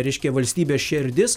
reiškia valstybės šerdis